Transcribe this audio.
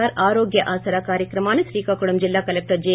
are ఆరోగ్య ఆసరా కార్యక్రమాన్ని శ్రీకాకుళం జిల్లా కలెక్టర్ జె